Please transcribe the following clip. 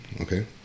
Okay